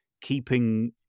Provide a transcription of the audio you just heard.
keeping